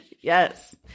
Yes